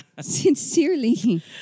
Sincerely